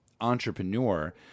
entrepreneur